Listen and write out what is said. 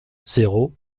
zéro